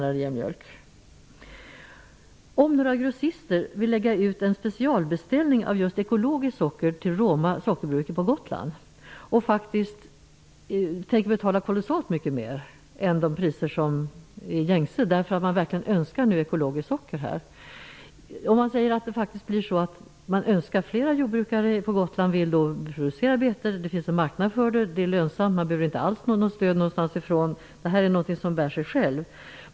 Man kan tänka sig att några grossister vill göra en specialbeställning av ekologiskt socker hos Roma Sockerbruk på Gotland. De tänker betala kolossalt mycket mer än vad som är gängse därför att de verkligen önskar ekologiskt socker. Man kan tänka sig att fler jordbrukare då vill producera betor; det finns en marknad för det, och det är lönsamt. Jordbrukarna behöver inte något stöd alls. Den här verksamheten bär sig själv.